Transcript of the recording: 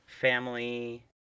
family